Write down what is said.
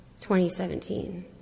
2017